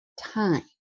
time